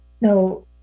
no